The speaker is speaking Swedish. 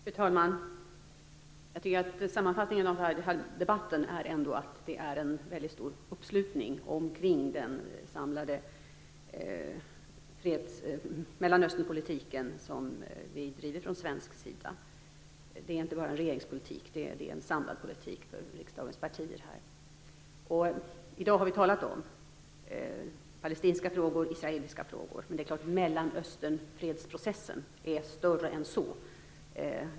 Fru talman! Jag tycker att sammanfattningen av debatten är att det är en väldigt stor uppslutning omkring den samlade Mellanösternpolitik som vi driver från svensk sida. Det är inte bara en regeringspolitik. Det är en samlad politik för riksdagens partier. I dag har vi talat om palestinska frågor och israeliska frågor, men Mellanösternfredsprocessen är större än så.